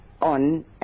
on